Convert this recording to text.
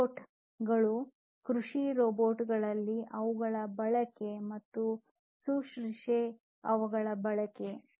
robot ಗಳು ಮತ್ತು ಕೃಷಿ ರೋಬೋಟ್ ಗಳಲ್ಲಿ ಅವುಗಳ ಬಳಕೆ ಮತ್ತು ಶುಶ್ರೂಷೆಯಲ್ಲಿ ಅವುಗಳ ಬಳಕೆ